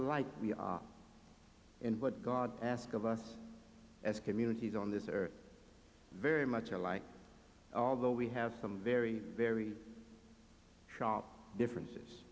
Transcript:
alike we are and what god ask of us as communities on this are very much alike although we have some very very sharp differences